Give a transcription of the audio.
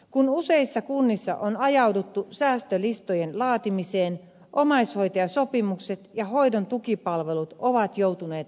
kun useissa kunnissa on ajauduttu säästölistojen laatimiseen omaishoitajasopimukset ja hoidon tukipalvelut ovat joutuneet vaaravyöhykkeelle